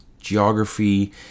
geography